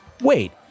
wait